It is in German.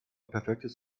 perfektes